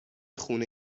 خونه